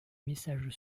messages